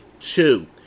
two